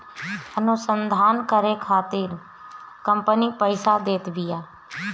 अनुसंधान करे खातिर कंपनी पईसा देत बिया